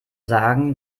sagen